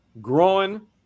growing